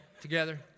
together